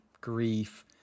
grief